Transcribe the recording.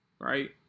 Right